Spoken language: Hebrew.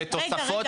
--- ותוספות,